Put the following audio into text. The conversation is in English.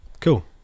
Cool